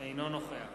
אינו נוכח